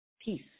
Peace